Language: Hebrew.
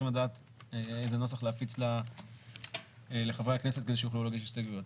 לדעת איזה נוסח להפיץ לחברי הכנסת כדי שיוכלו להגיש הסתייגויות.